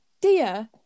dear